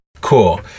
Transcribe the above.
cool